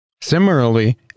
Similarly